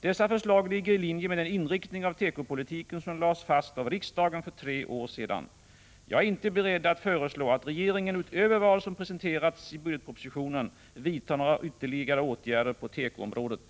Dessa förslag ligger i linje med den inriktning av tekopolitiken som lades fast av riksdagen för tre år sedan. Jag är inte beredd att föreslå att regeringen utöver vad som presenterats i budgetpropositionen vidtar några ytterligare åtgärder på tekoområdet.